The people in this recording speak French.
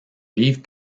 livre